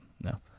No